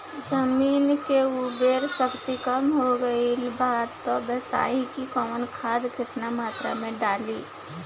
जमीन के उर्वारा शक्ति कम हो गेल बा तऽ बताईं कि कवन खाद केतना मत्रा में डालि?